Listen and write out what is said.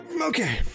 Okay